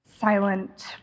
silent